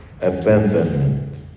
abandonment